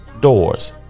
doors